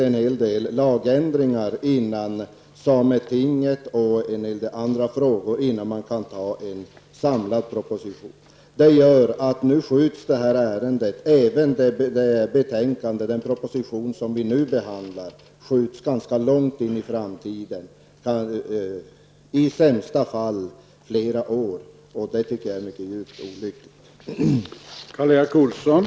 En hel del lagändringar måste göras före sametinget och många andra frågor diskuteras innan det kan bli en samlad proposition. Det gör att detta ärende liksom den proposition vi behandlar skjuts framåt ganska långt i tiden, i sämsta fall flera år, och det tycker jag är djupt olyckligt.